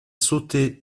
sauter